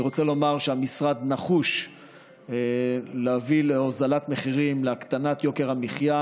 אני רוצה לומר שהמשרד נחוש להביא להוזלת מחירים ולהקטנת יוקר המחיה.